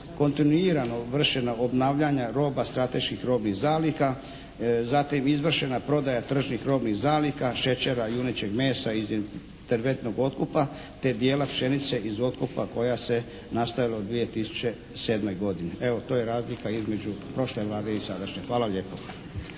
kontinuirano vršena obnavljanja roba strateških robnih zaliha, zatim izvršena prodaja tržnih robnih zaliha, šećera, junećeg mesa i interventnog otkupa, te dijela pšenice iz otkupa koja se nastavila u 2007. godini. Evo to je razlika između prošle Vlade i sadašnje. Hvala lijepo.